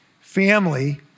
family